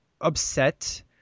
upset